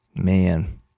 man